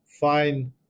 fine